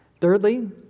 Thirdly